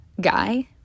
guy